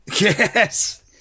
Yes